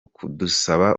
kudusaba